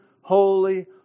holy